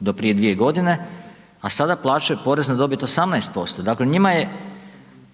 do prije 2 godine, a sada plaćaju porez na dobit 18%, dakle njima je